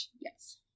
Yes